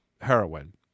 heroin